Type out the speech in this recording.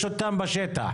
יש אותם בשטח.